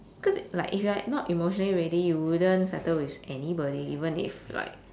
because like if you're not emotionally ready you wouldn't settle with anybody even if like